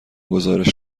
گزارش